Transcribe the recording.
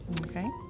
Okay